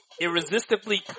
irresistibly